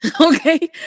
Okay